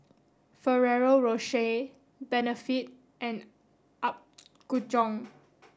Ferrero Rocher Benefit and Apgujeong